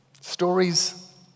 Stories